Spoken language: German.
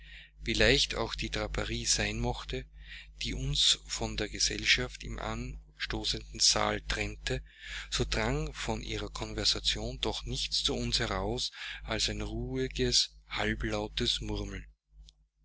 leicht auch die draperie sein mochte die uns von der gesellschaft im anstoßenden saale trennte so drang von ihrer konversation doch nichts zu uns heraus als ein ruhiges halblautes